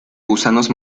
gusanos